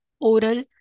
oral